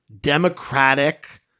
democratic